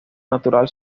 natural